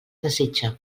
desitja